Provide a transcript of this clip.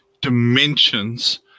dimensions